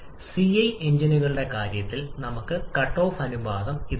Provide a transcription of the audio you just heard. അപ്പോൾ 2 മുതൽ 3 വരെ യഥാർത്ഥ ജ്വലന പ്രക്രിയയാണ്